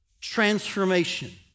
transformation